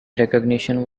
recognition